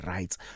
Rights